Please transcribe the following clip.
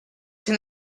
can